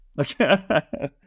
Okay